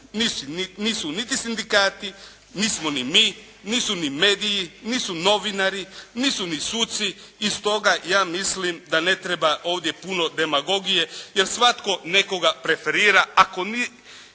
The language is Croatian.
nisu niti sindikati, nismo ni mi, nisu ni mediji, nisu novinari, nisu ni suci i stoga, ja mislim da ne treba ovdje puno demagogije, jer svatko nekoga preferira, ako ništa